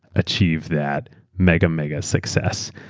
achieve that mega mega success.